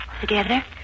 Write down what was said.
Together